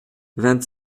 vingt